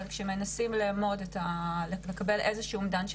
אבל כאשר מנסים לקבל איזה שהוא אומדן של